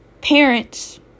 parents